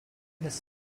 his